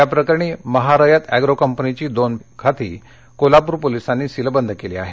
याप्रकरणी महा रयत ऍग्रो कंपनीची दोन बँक खाती कोल्हापूर पोलिसांनी सीलबंद केली आहेत